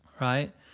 Right